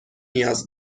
نیاز